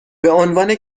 بعنوان